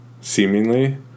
seemingly